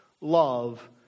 love